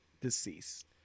Deceased